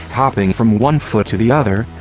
hopping from one foot to the other,